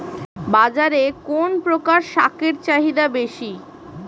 বাজারে কোন প্রকার শাকের চাহিদা বেশী?